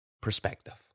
Perspective